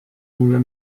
mulle